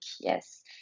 yes